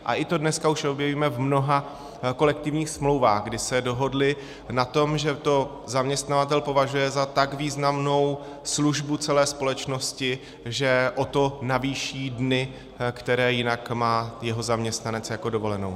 A i to dneska už objevíme v mnoha kolektivních smlouvách, kdy se dohodli na tom, že to zaměstnavatel považuje za tak významnou službu celé společnosti, že o to navýší dny, které jinak má jeho zaměstnanec jako dovolenou.